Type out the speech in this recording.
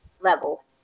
level